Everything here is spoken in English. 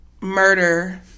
murder